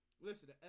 Listen